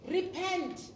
Repent